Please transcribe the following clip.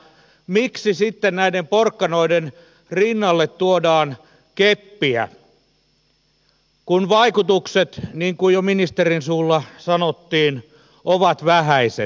miksi sitten näiden porkkanoiden rinnalle tuodaan keppiä kun vaikutukset niin kuin jo ministerin suulla sanottiin ovat vähäiset